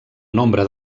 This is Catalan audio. nombre